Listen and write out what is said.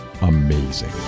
amazing